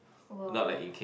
!woah!